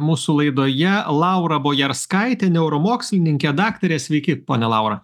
mūsų laidoje laura bojarskaitė neuromokslininkė daktarė sveiki ponia laura